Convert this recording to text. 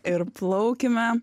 ir plaukime